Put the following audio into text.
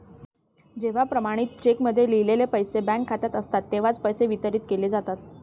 जेव्हा प्रमाणित चेकमध्ये लिहिलेले पैसे बँक खात्यात असतात तेव्हाच पैसे वितरित केले जातात